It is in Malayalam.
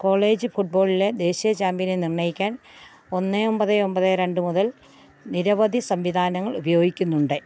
കോളേജ് ഫുട്ബോളിലെ ദേശീയ ചാമ്പ്യനെ നിർണ്ണയിക്കാൻ ഒന്ന് ഒമ്പത് ഒമ്പത് രണ്ട് മുതൽ നിരവധി സംവിധാനങ്ങൾ ഉപയോഗിക്കുന്നുണ്ട്